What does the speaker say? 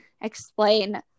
explain